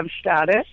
status